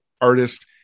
artist